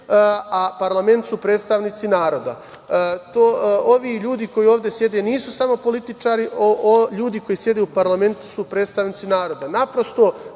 a parlament su predstavnici naroda. Ovi ljudi koji ovde sede nisu samo političari, ljudi koji sede u parlamentu su predstavnici naroda. Naprosto,